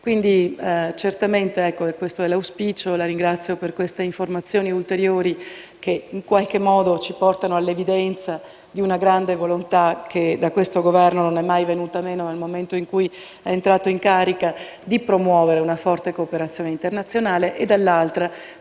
quei territori. Questo è l'auspicio e la ringrazio per queste informazioni ulteriori che, in qualche modo, portano in evidenza la grande volontà, che da questo Governo non è mai venuta meno sin dal momento in cui è entrato in carica, di promuovere una forte cooperazione internazionale. C'è, d'altra